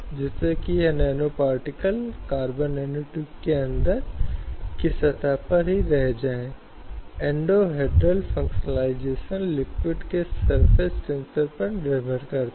अब ये श्रम विधियां आम तौर पर सामाजिक न्याय सामाजिक समानता और सामाजिक सुरक्षा के सिद्धांतों को लागू करने का प्रयास करती हैं